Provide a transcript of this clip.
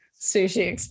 sushi